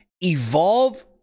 Evolve